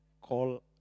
call